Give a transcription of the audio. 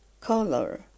color